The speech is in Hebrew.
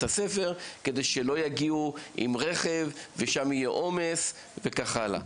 הספר כדי שלא יגיעו עם רכב ושם יהיה עומס וכך הלאה,